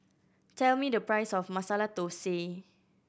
tell me the price of Masala Thosai